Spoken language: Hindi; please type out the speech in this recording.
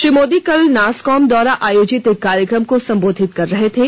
श्री मोदी कल नासकॉम द्वारा आयोजित एक कार्यक्रम को संबोधित कर रहे थे